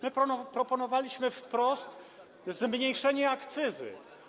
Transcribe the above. My proponowaliśmy wprost zmniejszenie akcyzy.